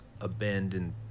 abandoned